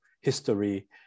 history